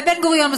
ובן-גוריון,